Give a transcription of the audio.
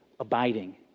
Abiding